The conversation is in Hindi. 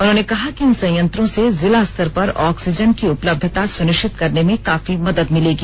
उन्होंने कहा कि इन संयंत्रों से जिला स्तर पर ऑक्सीजन की उपलब्धता सुनिश्चित करने में काफी मदद मिलेगी